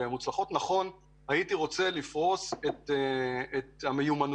הייתי רוצה לפרוס את המיומנויות